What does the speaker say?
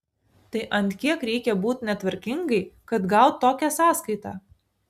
tai ant kiek reikia būt netvarkingai kad gaut tokią sąskaitą